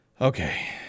Okay